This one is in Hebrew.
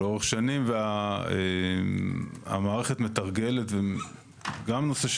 לאורך שנים המערכת מתרגלת גם נושא של